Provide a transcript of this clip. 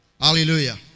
Hallelujah